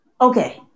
Okay